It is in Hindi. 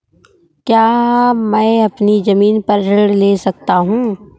क्या मैं अपनी ज़मीन पर ऋण ले सकता हूँ?